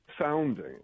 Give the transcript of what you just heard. sounding